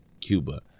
Cuba